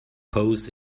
post